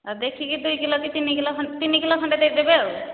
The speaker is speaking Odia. ଦେଖିକି ଦୁଇ କିଲୋ କି ତିନି କିଲୋ ତିନି କିଲୋ ଖଣ୍ଡେ ଦେଇଦେବେ ଆଉ